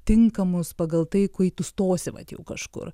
tinkamus pagal tai kai tu stosi vat jau kažkur